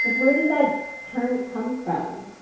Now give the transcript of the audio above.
but where does that term come from?